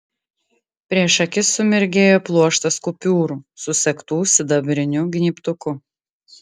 prieš akis sumirgėjo pluoštas kupiūrų susegtų sidabriniu gnybtuku